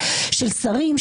של שרים,